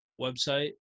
website